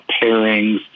pairings